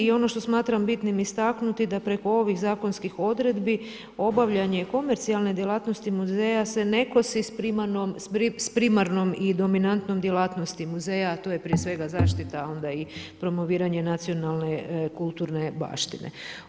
I ono što smatram bitnim istaknuti da preko ovih zakonskih odredbi obavljanje komercijalne djelatnosti muzeja se ne kosi s primarnom i dominantnom djelatnosti muzeja a tu je prije svega zaštita a onda i promoviranje nacionalne, kulturne baštine.